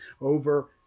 over